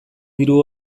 diru